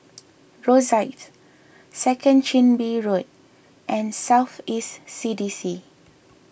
Rosyth Second Chin Bee Road and South East C D C